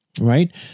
right